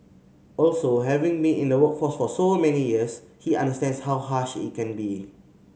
also having been in the workforce for so many years he understands how harsh it can be